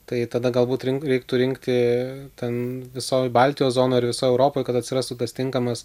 tai tada galbūt rink reiktų rinkti ten visoje baltijos zonoj ar visoj europoj kad atsirastų tas tinkamas